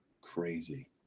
crazy